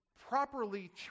properly